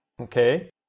Okay